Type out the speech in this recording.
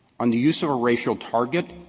on the use of a racial target,